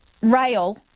Rail